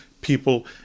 people